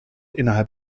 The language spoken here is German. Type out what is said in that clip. innerhalb